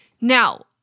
Now